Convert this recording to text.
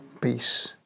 peace